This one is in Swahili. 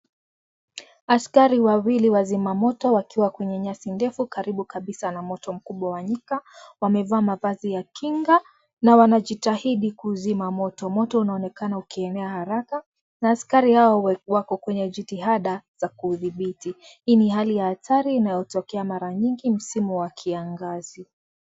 Askari wawili wa zimamoto wakiwa kwenye nyasi ndefu karibu kabisa na moto mkubwa wa nyika, wamevaa mavazi ya kinga, na wanajitahidi kuzima moto. Moto unaonekana ukienea haraka, na askari hao wako kwenye jitihada za kuudhibiti. Hii ni hali ya hatari inayotokea mara nyingi msimu wa kiangazi.